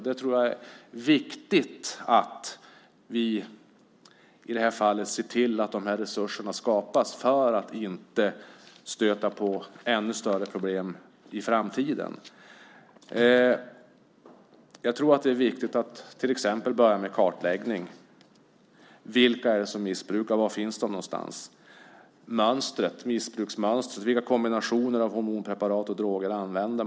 Det är viktigt att vi i det här fallet ser till att resurserna skapas för att inte stöta på ännu större problem i framtiden. Det är viktigt att börja med till exempel kartläggning. Vilka är det som missbrukar? Var finns de? Det är fråga om missbruksmönstret. Vilka kombinationer av hormonpreparat och droger används?